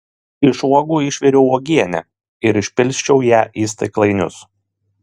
iš uogų išviriau uogienę ir išpilsčiau ją į stiklainius